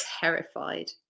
terrified